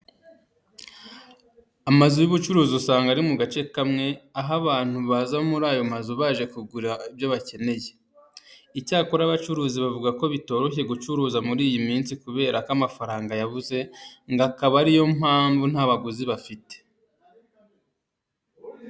Amazu y'ubucuruzi usanga aba ari mu gace kamwe, aho abantu baza muri ayo mazu baje kuhagura ibyo bakeneye. Icyakora abacuruzi bavuga ko bitoroshye gucuruza muri iyi minsi kubera ko amafaranga yabuze ngo ikaba ari yo mpamvu nta baguzi bafite.